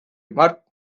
mart